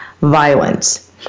violence